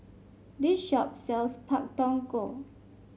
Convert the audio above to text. this shop sells Pak Thong Ko